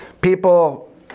people